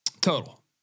total